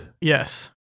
Yes